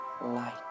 light